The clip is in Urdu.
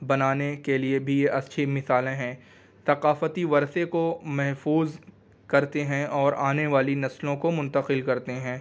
بنانے کے لیے بھی اچھی مثالیں ہیں ثقافتی ورثے کو محفوظ کرتے ہیں اور آنے والی نسلوں کو منتقل کرتے ہیں